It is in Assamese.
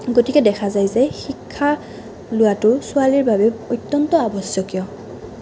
গতিকে দেখা যায় যে শিক্ষা লোৱাটো ছোৱালীৰ বাবে অন্যন্ত আৱশ্যকীয়